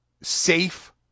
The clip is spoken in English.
safe